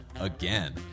again